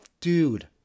dude